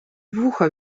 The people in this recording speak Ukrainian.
вуха